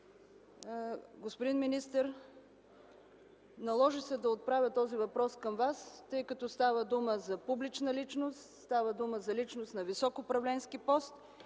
Господин министър, наложи се да отправя този въпрос към Вас, тъй като става дума за публична личност, става дума за личност на висок управленски пост